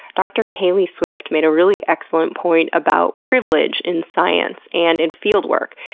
dr. kaeli swift made a really excellent point about privilege in science and in fieldwork.